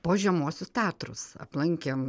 po žemuosius tatrus aplankėm